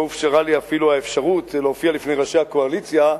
לא ניתנה לי אפילו האפשרות להופיע לפני ראשי הקואליציה,